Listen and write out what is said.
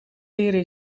leren